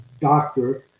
doctor